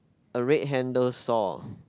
a red handle saw